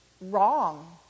wrong